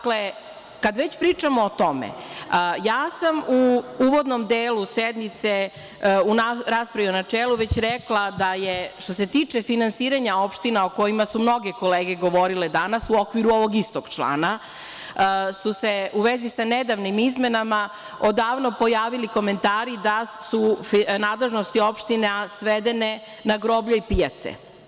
Kad već pričamo o tome, ja sam u uvodnom delu sednice, u raspravi o načelu, već rekla da je što se tiče finansiranja opština o kojima su mnoge kolege govorile danas, u okviru ovog istog člana, su se u vezi sa nedavnim izmenama odavno pojavili komentari da su nadležnosti opština svedeni na groblja i pijace.